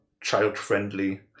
child-friendly